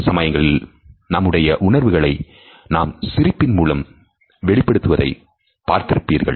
சில சமயங்களில் நம்முடைய உணர்வுகளை நாம் சிரிப்பின் மூலம் வெளிப்படுத்துவதை பார்த்திருப்பீர்கள்